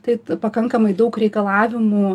tai pakankamai daug reikalavimų